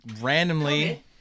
randomly